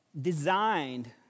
designed